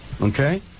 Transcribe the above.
Okay